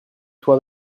toi